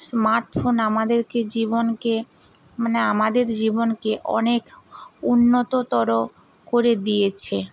smart phone আমাদেরকে জীবনকে মানে আমাদের জীবনকে অনেক উন্নততর করে দিয়েছে